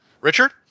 Richard